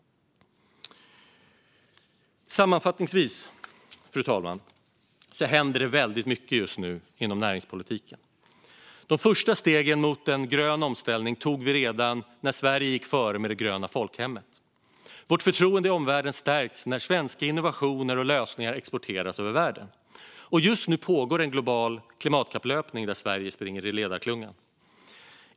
Sammanfattningsvis, fru talman, händer det väldigt mycket just nu inom näringspolitiken. De första stegen mot en grön omställning tog vi redan när vi i Sverige gick före med det gröna folkhemmet. Vårt förtroende i omvärlden stärks när svenska innovationer och lösningar exporteras över världen. Just nu pågår en global klimatkapplöpning där Sverige springer i ledarklungan.